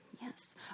Yes